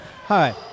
Hi